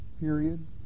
period